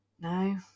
no